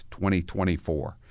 2024